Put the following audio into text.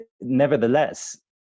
nevertheless